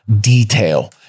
detail